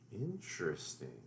Interesting